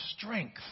strength